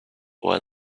were